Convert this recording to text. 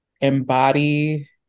embody